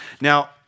now